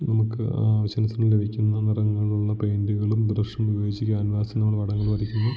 നമുക്ക് ആവശ്യാനുസരണം ലഭിക്കുന്ന നിറങ്ങളുള്ള പെയിൻറ്റുകളും ബ്രഷും ഉപയോഗിച്ച് ക്യാൻവാസിൽ നമ്മള് പടങ്ങള് വരയ്ക്കുന്നു